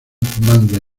mande